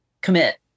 commit